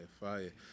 fire